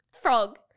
frog